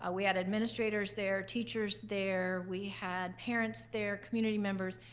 ah we had administrators there, teachers there. we had parents there, community members.